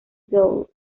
goal